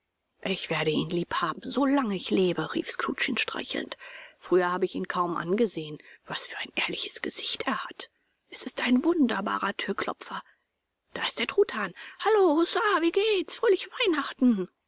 ich werde ihn lieb haben so lange ich lebe rief scrooge ihn streichelnd früher habe ich ihn kaum angesehen was für ein ehrliches gesicht er hat es ist ein wunderbarer thürklopfer da ist der truthahn hallo hussa wie geht's fröhliche weihnachten